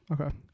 okay